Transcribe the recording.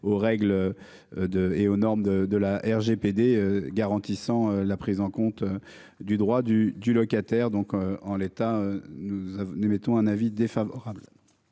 aux règles. De et aux normes de de la RGPD garantissant la prise en compte du droit du du locataire, donc en l'état, nous n'émettons un avis défavorable.